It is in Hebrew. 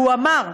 והוא אמר: